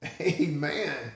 Amen